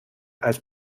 als